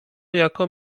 jako